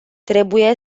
trebuie